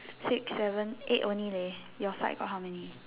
six seven eight only leh your side got how many